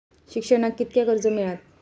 शिक्षणाक कीतक्या कर्ज मिलात?